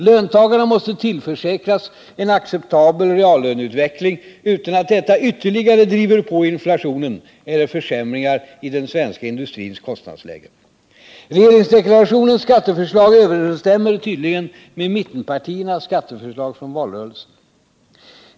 Löntagarna måste tillförsäkras en acceptabel reallöneutveckling utan att detta ytterligare driver på inflationen eller försämringar i den svenska industrins kostnadsläge. Regeringsdeklarationens skatteförslag överensstämmer tydligen med mittenpartiernas skatteförslag från valrörelsen.